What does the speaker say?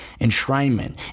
enshrinement